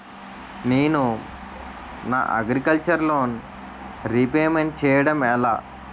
నేను నా agriculture loan repayment చేయడం ఎలా?